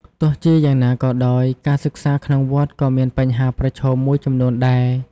ទោះជាយ៉ាងណាក៏ដោយការសិក្សាក្នុងវត្តក៏មានបញ្ហាប្រឈមមួយចំនួនដែរ។